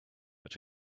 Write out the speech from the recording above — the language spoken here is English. but